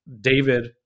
David